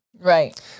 Right